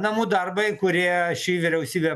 namų darbai kurie ši vyriausybė